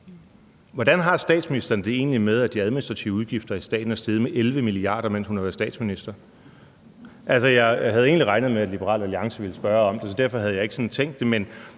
Hvordan har statsministeren det egentlig med, at de administrative udgifter i staten er steget med 11 mia. kr., mens hun har været statsminister? Jeg havde egentlig regnet med, at Liberal Alliance ville spørge om det, så derfor havde jeg ikke tænkt at